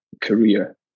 career